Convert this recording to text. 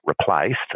replaced